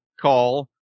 call